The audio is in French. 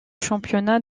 championnats